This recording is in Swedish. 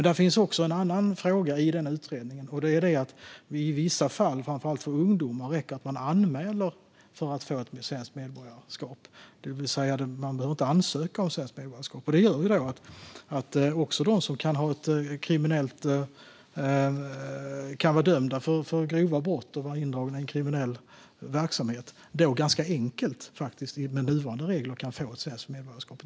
Det finns dock även en annan fråga i den utredningen, nämligen att det i vissa fall - framför allt för ungdomar - räcker att anmäla sig för att få ett svenskt medborgarskap. Man behöver alltså inte ansöka om svenskt medborgarskap. Det gör att även personer som kan vara dömda för grova brott och vara indragna i kriminell verksamhet med nuvarande regler faktiskt ganska enkelt kan få ett svenskt medborgarskap.